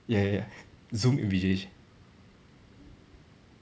ya ya zoom invigilation